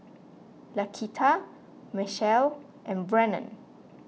Laquita Mechelle and Brannon